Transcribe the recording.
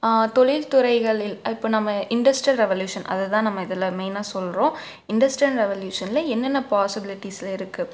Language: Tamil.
தொழில்துறைகளில் இப்போ நம்ம இண்டஸ்ட்ரியல் ரெவல்யூஷன் அதை தான் நம்ம இதில் மெயினாக சொல்கிறோம் இண்டஸ்ட்ரியல் ரெவல்யூஷனில் என்னென்ன பாசிபிலிட்டிஸ் எல்லாம் இருக்கு